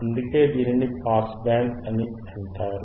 అందుకే దీనిని pass band అని అంటారు